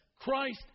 Christ